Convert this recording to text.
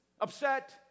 upset